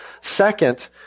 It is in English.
second